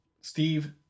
steve